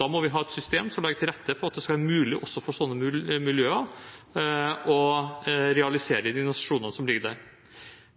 Da må vi ha et system som legger til rette for at det skal være mulig også for sånne miljøer å realisere de ambisjonene som ligger der.